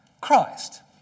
Christ